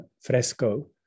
fresco